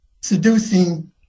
seducing